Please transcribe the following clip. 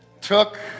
took